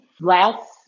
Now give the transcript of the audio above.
Last